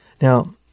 Now